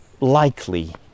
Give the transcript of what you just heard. likely